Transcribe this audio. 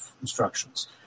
instructions